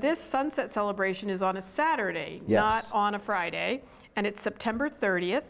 this sunset celebration is on a saturday on a friday and it's september thirtieth